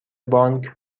بانک